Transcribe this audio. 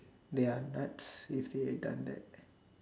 they are nuts if they had done that